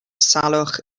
salwch